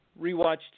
rewatched